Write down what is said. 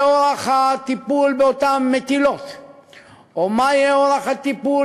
אורח הטיפול באותן מטילות או מה יהיה אורח הטיפול